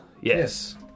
yes